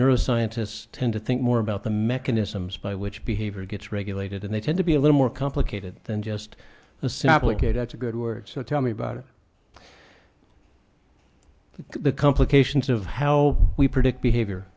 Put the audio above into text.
neuro scientists tend to think more about the mechanisms by which behavior gets regulated and they tend to be a little more complicated than just a sampling gate that's a good word so tell me about it the complications of how we predict behavior